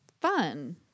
fun